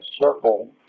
circle